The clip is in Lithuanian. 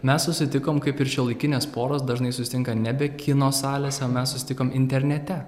mes susitikom kaip ir šiuolaikinės poros dažnai susitinka nebe kino salėse o mes susitikom internete